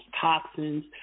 toxins